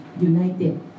united